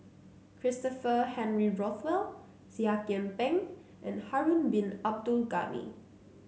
Christopher Henry Rothwell Seah Kian Peng and Harun Bin Abdul Ghani